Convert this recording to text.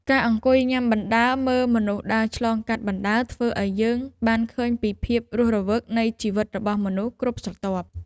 ការអង្គុយញ៉ាំបណ្ដើរមើលមនុស្សដើរឆ្លងកាត់បណ្ដើរធ្វើឱ្យយើងបានឃើញពីភាពរស់រវើកនៃជីវិតរបស់មនុស្សគ្រប់ស្រទាប់។